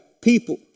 people